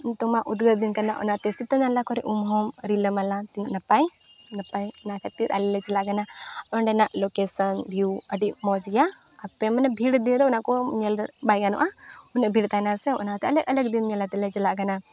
ᱱᱤᱛᱚᱜ ᱢᱟ ᱩᱫᱽᱜᱟᱹᱨ ᱫᱤᱱ ᱠᱟᱱᱟ ᱚᱱᱟᱛᱮ ᱥᱤᱛᱟᱹ ᱱᱟᱞᱟ ᱠᱚᱨᱮ ᱩᱢᱩᱞᱦᱚᱸ ᱨᱤᱞᱟᱹᱢᱟᱞᱟ ᱛᱤᱱᱟᱹᱜ ᱱᱟᱯᱟᱭ ᱱᱟᱯᱟᱭ ᱚᱱᱟ ᱠᱷᱟᱹᱛᱤᱨ ᱟᱞᱮ ᱞᱮ ᱪᱟᱞᱟᱜ ᱠᱟᱱᱟ ᱚᱸᱰᱮᱱᱟᱜ ᱟᱹᱰᱤ ᱢᱚᱡᱽ ᱜᱮᱭᱟ ᱟᱯᱮ ᱢᱟᱱᱮ ᱵᱷᱤᱲ ᱫᱤᱱᱨᱮ ᱚᱱᱟᱠᱚ ᱧᱮᱞ ᱫᱚ ᱵᱟᱭ ᱜᱟᱱᱚᱜᱼᱟ ᱩᱱᱟᱹᱜ ᱵᱷᱤᱲ ᱛᱟᱦᱮᱱᱟ ᱥᱮ ᱚᱱᱟᱛᱮ ᱟᱞᱟᱜᱽ ᱟᱞᱟᱜᱽ ᱫᱤᱱ ᱧᱮᱞ ᱠᱟᱛᱮᱫᱞᱮ ᱪᱟᱞᱟᱜ ᱠᱟᱱᱟ